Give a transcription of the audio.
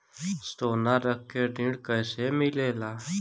सोना रख के ऋण कैसे मिलेला?